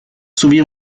sowie